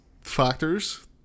factors